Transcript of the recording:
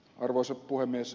arvoisa puhemies